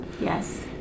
yes